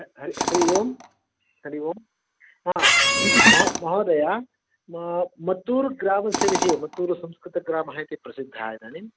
ह हरि हरिः ओं हरिः ओं हा महो महोदय मत्तूरुग्रामस्य विषये मत्तूरुसंस्कृतग्रामः इति प्रसिद्धः इदानीम्